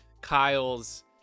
kyle's